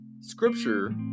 Scripture